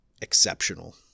exceptional